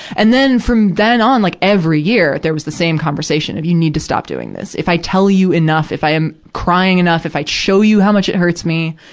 and then, from then on, like every year, there was the same conversation, of you need to stop doing this. if i tell you enough, if i am crying enough, if i show you how much it hurts me,